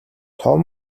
том